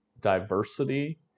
diversity